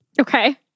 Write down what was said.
Okay